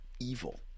evil